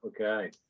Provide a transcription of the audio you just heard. okay